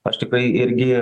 aš tikrai irgi